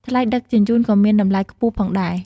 ថ្លៃដឹកជញ្ជូនក៏មានតម្លៃខ្ពស់ផងដែរ។